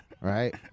Right